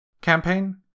campaign